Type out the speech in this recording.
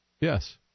yes